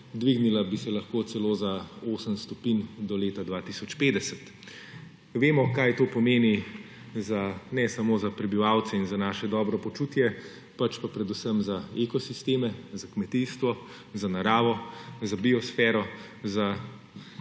Dvignila bi se lahko celo za 8 stopinj do leta 2050. Vemo, kaj to pomeni ne samo za prebivalce in za naše dobro počutje, pač pa predvsem za ekosisteme, za kmetijstvo, za naravo, za biosfero, za